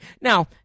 Now